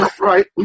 Right